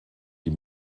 die